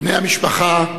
בני המשפחה,